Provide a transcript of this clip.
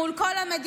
מול כל המדינה,